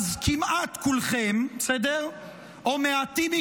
זה לא נכון, זה לא נכון.